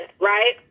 right